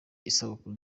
isabukuru